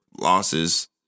Losses